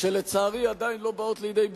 כלשהן שלצערי עדיין לא באות לידי ביטוי,